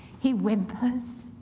he whimpers,